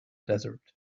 desert